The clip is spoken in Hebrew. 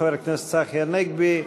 חבר הכנסת צחי הנגבי,